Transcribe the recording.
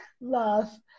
love